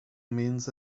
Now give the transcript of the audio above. means